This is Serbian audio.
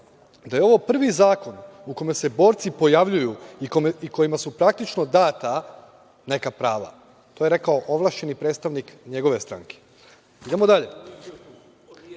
da je ovo prvi zakon u kome se borci pojavljuju i kojima su praktično data neka prava, to je rekao ovlašćeni predstavnik njegove stranke. Idemo dalje.